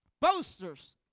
boasters